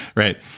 right.